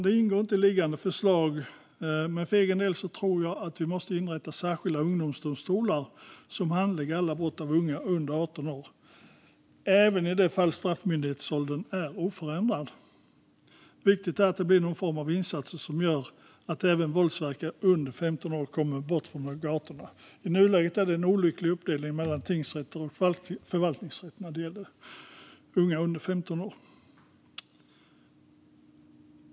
Det ingår inte i liggande förslag, men för egen del tror jag att vi måste inrätta särskilda ungdomsdomstolar som handlägger alla brott av unga under 18 år även i det fall straffmyndighetsåldern är oförändrad. Viktigt är att det blir någon form av insatser som gör att även våldsverkare under 15 år kommer bort från gatorna. I nuläget är det en olycklig uppdelning mellan tingsrätt och förvaltningsrätt när det gäller unga under 15 år.